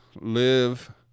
live